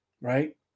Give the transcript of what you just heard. right